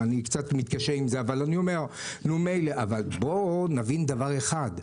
אני קצת מתקשה עם זה אבל בואו נבין דבר אחד: